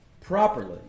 properly